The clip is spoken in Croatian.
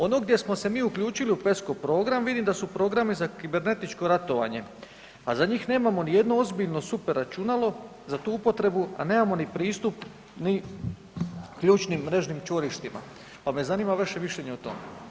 Ono gdje smo se mi uključili u PESCO program vidim da su programi za kibernetičko ratovanje, a za njih nemamo nijedno ozbiljno super računalo za tu upotrebu, a nemamo ni pristup ni ključnim mrežnim čvorištima, pa me zanima vaše mišljenje o tome?